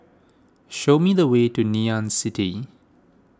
show me the way to Ngee Ann City